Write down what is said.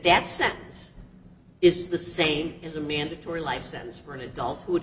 that sense is the same as a mandatory life sentence for an adult w